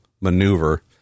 maneuver